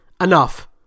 enough